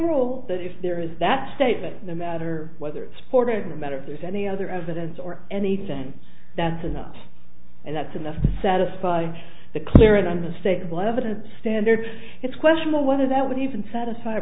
rule that if there is that statement no matter whether supported matter if there's any other evidence or anything that's enough and that's enough to satisfy the clear and unmistakable evidence standard it's questionable whether that would even satisfy a